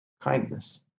kindness